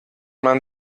man